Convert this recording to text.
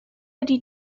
ydy